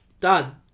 Done